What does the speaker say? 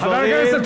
עברו עשר דקות.